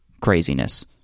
craziness